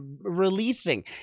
releasing